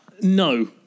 no